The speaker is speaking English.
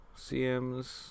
CMs